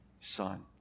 Son